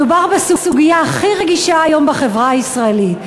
מדובר בסוגיה הכי רגישה היום בחברה הישראלית,